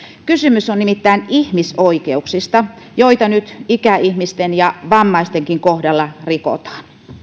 kysymys on nimittäin ihmisoikeuksista joita nyt ikäihmisten ja vammaistenkin kohdalla rikotaan